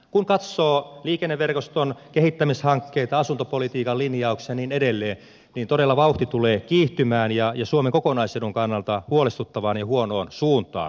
kun katsoo liikenneverkoston kehittämishankkeita asuntopolitiikan linjauksia ja niin edelleen niin todella vauhti tulee kiihtymään ja suomen kokonaisedun kannalta huolestuttavaan ja huonoon suuntaan